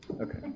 Okay